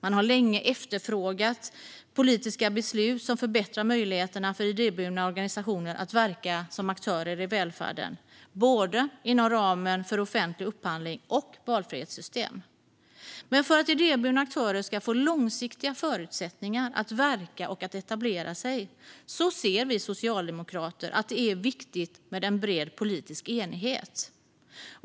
Man har länge efterfrågat politiska beslut som förbättrar möjligheterna för idéburna organisationer att verka som aktörer i välfärden inom ramen för både offentlig upphandling och valfrihetssystem. Men för att idéburna aktörer ska få långsiktiga förutsättningar att verka och att etablera sig ser vi socialdemokrater att det är viktigt med en bred politisk enighet.